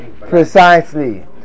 Precisely